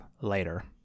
later